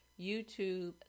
YouTube